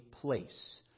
place